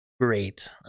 Great